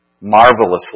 marvelously